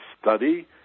study